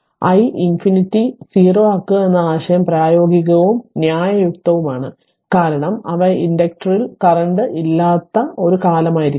അതിനാൽ i infinity 0 ആക്കുക എന്ന ആശയം പ്രായോഗികവും ന്യായയുക്തവുമാണ് കാരണം അവ ഇൻഡക്റ്ററിൽ കറന്റ് ഇല്ലാത്ത ഒരു കാലമായിരിക്കണം